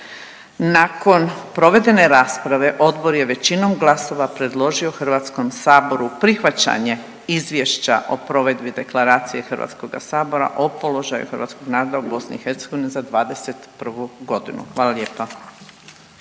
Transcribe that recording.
Nakon provedene rasprave odbor je većinom glasova predložio Hrvatskom saboru prihvaćanje Izvješća o provedbi Deklaracije Hrvatskoga sabora o položaju hrvatskoga naroda u BiH za '21. godinu. Hvala lijepa.